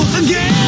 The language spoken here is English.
again